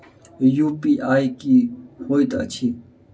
UPI की होइत अछि